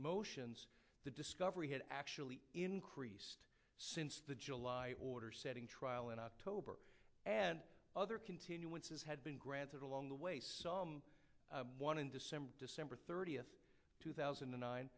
motions the discovery had actually increased since the july order setting trial in october and other contains had been granted along the way some one in december december thirtieth two thousand and nine